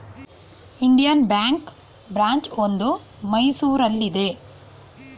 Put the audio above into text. Indian ಬ್ಯಾಂಕ್ನ branch ಒಂದು ಮೈಸೂರಲ್ಲಿದೆ